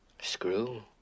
Screw